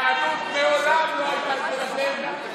היהדות מעולם לא הייתה שלכם.